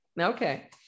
okay